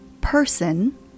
person